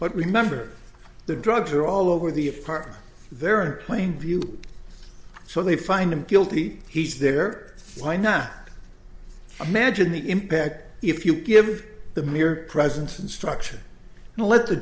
but remember the drugs are all over the apartment there are plain view so they find him guilty he's there why not imagine the impact if you give the mere presence and structure and let the